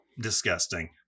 disgusting